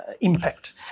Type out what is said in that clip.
impact